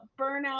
burnout